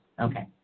Okay